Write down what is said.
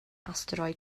asteroid